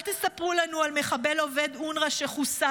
אל תספרו לנו על מחבל עובד אונר"א שחוסל.